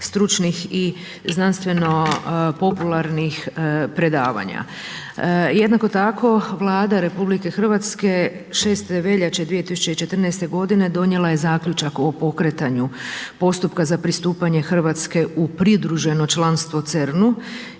stručnih i znanstveno popularnih predavanja. Jednako tako Vlada RH 6. veljače 2014. godine donijela je zaključak o pokretanju postupka za pristupanje Hrvatske u pridruženo članstvo CERN-u